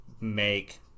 make